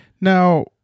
Now